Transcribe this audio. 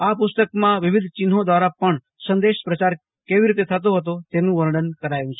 આ પુસ્તકમાં વિવિધ ચિહ્નો દ્વારા પણ સંદેશ પ્રચાર કેવી રીતે થતો હતોતેનું વર્ણન કરાયું છે